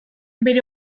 bere